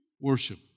worship